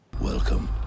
Welcome